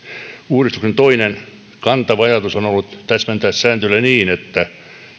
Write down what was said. uudistuksen toinen kantava ajatus on ollut täsmentää sääntelyä niin että